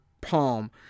palm